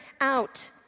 out